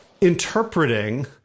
interpreting